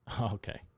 Okay